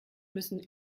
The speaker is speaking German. müssen